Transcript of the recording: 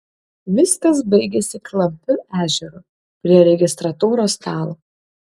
viskas baigėsi klampiu ežeru prie registratūros stalo